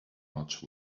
much